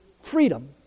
freedom